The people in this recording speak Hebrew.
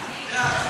העבודה,